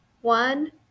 One